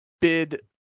bid